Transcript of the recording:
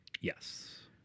Yes